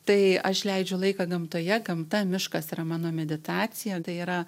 tai aš leidžiu laiką gamtoje gamta miškas yra mano meditacija tai yra